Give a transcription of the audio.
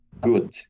good